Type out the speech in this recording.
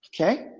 Okay